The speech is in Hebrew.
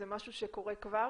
זה משהו שקורה כבר?